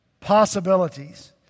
possibilities